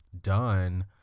done